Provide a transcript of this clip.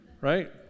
right